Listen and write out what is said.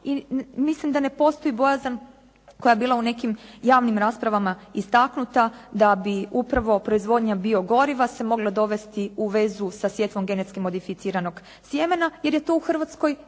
mislim da ne postoji bojazan koja je bila u nekim javnim raspravama istaknuta da bi upravo proizvodnja biogoriva se mogla dovesti u vezu sa sjetvom genetski modificiranog sjemena jer je to u Hrvatskoj